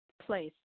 Place